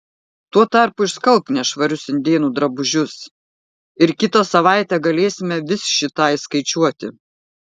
tuo tarpu išskalbk nešvarius indėnų drabužius ir kitą savaitę galėsime vis šį tą išskaičiuoti